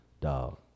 dog